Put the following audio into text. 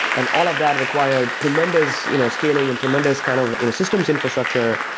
and all of that required tremendous you know scaling and tremendous kind of you know systems infrastructure.